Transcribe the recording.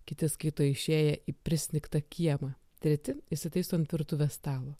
kiti skaito išėję į prisnigtą kiemą treti įsitaiso ant virtuvės stalo